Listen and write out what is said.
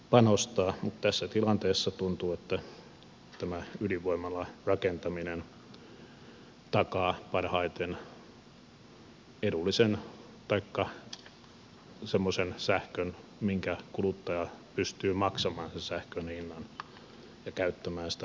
mutta tässä tilanteessa tuntuu että tämä ydinvoimalan rakentaminen takaa parhaiten semmoisen sähkön hinnan minkä kuluttaja pystyy maksamaan ja millä käyttämään sitä energiaa